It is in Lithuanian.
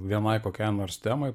vienai kokiai nors temai